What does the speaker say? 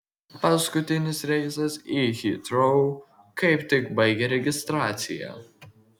paskutinis reisas į hitrou kaip tik baigė registraciją